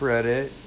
Reddit